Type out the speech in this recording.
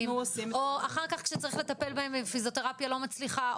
או אחר כך כשצריך לטפל בהם אם פיזיותרפיה לא מצליחה,